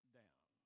down